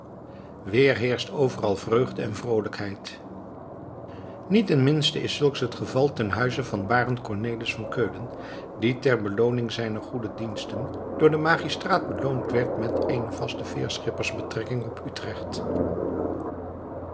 weer heerscht overal vreugde en vroolijkheid niet het minst is zulks het geval ten huize van barend cornelisz van keulen die ter belooning zijner goede diensten door den magistraat beloond werd met eene vaste veerschippers betrekking op utrecht